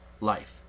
life